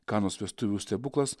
kanos vestuvių stebuklas